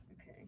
Okay